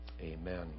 amen